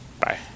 Bye